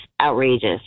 outrageous